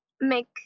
make